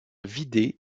vidé